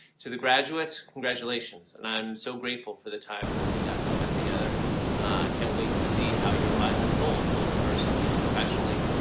to the graduates, congratulations and i'm so grateful for the time that we got to spend together. i can't wait to see how your lives unfold, both personally and professionally.